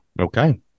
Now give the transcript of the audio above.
Okay